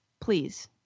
Please